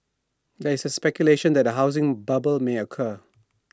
there is speculation that A housing bubble may occur